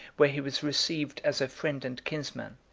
where he was received as a friend and kinsman,